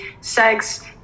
sex